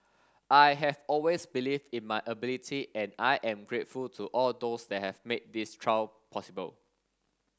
I have always believed in my ability and I am grateful to all those that have made this trial possible